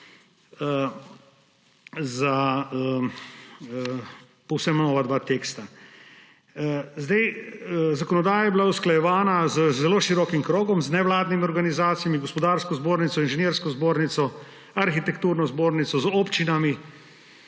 dva povsem nova teksta. Zakonodaja je bila usklajevana z zelo širokim krogom, z nevladnimi organizacijami, Gospodarsko zbornico, Inženirsko zbornico, arhitekturno zbornico, z občinami,